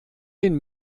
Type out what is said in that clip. den